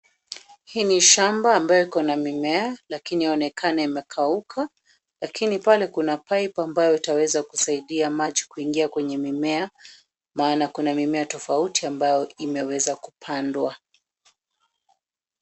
Hii ni shamba ambayo iko na mimea lakini yaonekana imekauka. Lakini pale kuna pipe ambayo itaweza kusiadia maji kuingia kwenye mimea. Maana kuna mimea tofauti ambayo imeweza kupandwa.